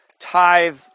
tithe